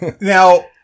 Now